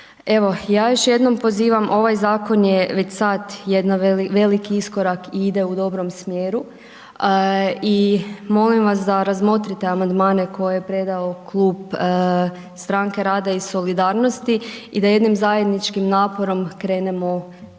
ja još jednom pozivam, ovaj zakon je već sad jedan veliki iskorak i ide u dobrom smjeru i molim vas da razmotrite amandmane koje je predao Klub stranke rada i solidarnosti i da jednim zajedničkim naporom krenemo prema